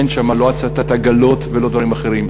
אין שם לא הצתת עגלות ולא דברים אחרים.